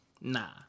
Nah